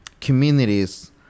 communities